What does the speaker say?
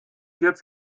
jetzt